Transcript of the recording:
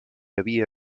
havia